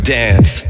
dance